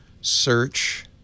search